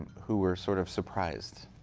who were sort of surprised,